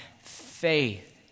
faith